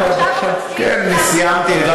כן, אני סיימתי.